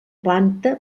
planta